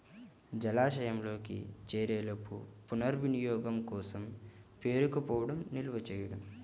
జలాశయంలోకి చేరేలోపు పునర్వినియోగం కోసం పేరుకుపోవడం నిల్వ చేయడం